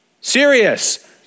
serious